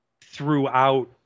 throughout